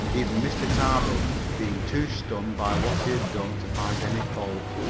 even mr. tarbill being too stunned by what he had done to find any fault.